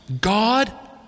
God